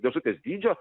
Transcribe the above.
dėžutės dydžio